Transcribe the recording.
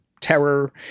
terror